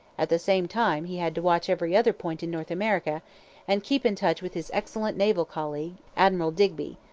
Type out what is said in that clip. at the same time he had to watch every other point in north america and keep in touch with his excellent naval colleague, admiral digby,